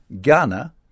Ghana